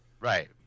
Right